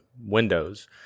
windows